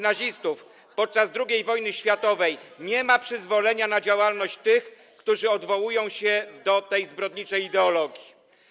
nazistów podczas II wojny światowej nie ma przyzwolenia na działalność tych, którzy odwołują się do tej zbrodniczej ideologii.